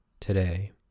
today